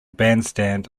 bandstand